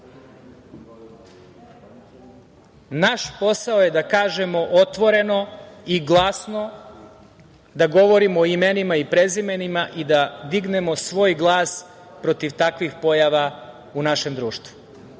naš posao je da kažemo otvoreno i glasno da govorimo o imenima i prezimenima i da dignemo svoj glas protiv takvih pojava u našem društvu,